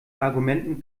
argumenten